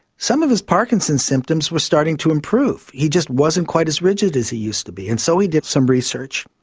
some of his parkinson's symptoms were starting to improve. he just wasn't quite as rigid as he used to be. and so he did some research.